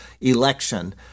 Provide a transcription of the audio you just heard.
election